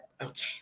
Okay